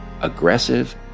aggressive